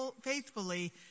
faithfully